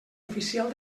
oficial